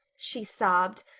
she sobbed.